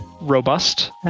robust